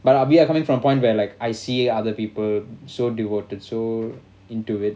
but are we are coming from point where like I see other people so devoted so into it